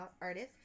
artist